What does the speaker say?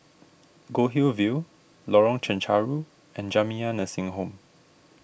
Goldhill View Lorong Chencharu and Jamiyah Nursing Home